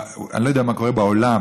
אני לא יודע מה קורה בעולם,